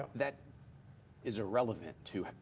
that is irrelevant to,